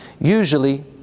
usually